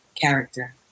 character